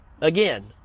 again